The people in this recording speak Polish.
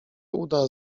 uda